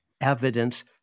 evidence